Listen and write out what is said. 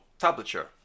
tablature